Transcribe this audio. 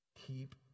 keep